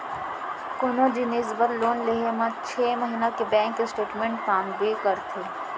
कोनो जिनिस बर लोन लेहे म छै महिना के बेंक स्टेटमेंट मांगबे करथे